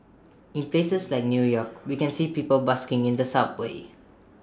in places like new york we can see people busking in the subways